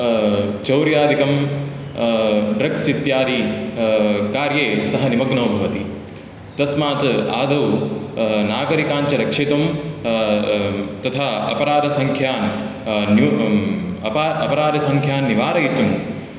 चौर्याधिकं drugs इत्यादि कार्ये सः निमग्नो भवति तस्मात् आदौ नागरिकान् च रक्षयितुं तथा अपराधसंख्यान् न्यून् अपराधसंख्यान् निवारयितुम्